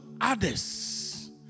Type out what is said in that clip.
others